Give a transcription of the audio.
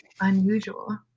unusual